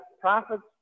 prophets